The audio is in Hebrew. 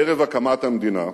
ערב הקמת המדינה,